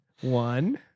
One